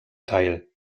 teil